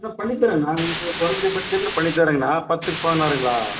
இதோ பண்ணித் தரேங்கண்ணா உங்களுக்கு குறைஞ்ச பட்ஜெட்டில் பண்ணித் தரேங்கண்ணா பத்துக்கு பதினாறுங்களா